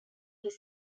his